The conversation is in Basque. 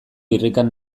irrikan